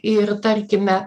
ir tarkime